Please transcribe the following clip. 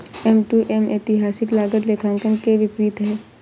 M to M ऐतिहासिक लागत लेखांकन के विपरीत है